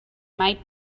might